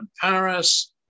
Paris